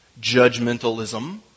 judgmentalism